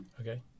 Okay